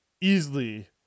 easily